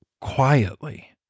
quietly